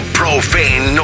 profane